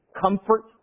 comfort